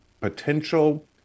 potential